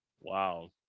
Wow